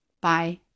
Bye